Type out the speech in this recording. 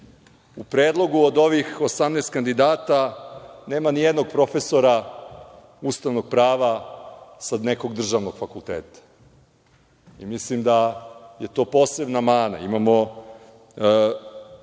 predlogu od ovih 18 kandidata nema nijednog profesora ustavnog prava sa nekog državnog fakulteta. Mislim da je to posebna mana. Imamo